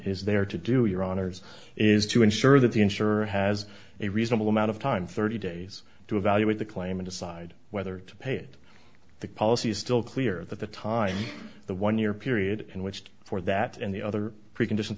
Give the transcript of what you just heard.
is there to do your honors is to ensure that the insurer has a reasonable amount of time thirty days to evaluate the claim and decide whether to pay it the policy is still clear that the time the one year period in which for that and the other precondition